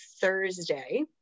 Thursday